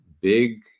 big